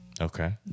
Okay